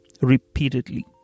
repeatedly